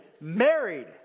married